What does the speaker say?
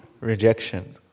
Rejection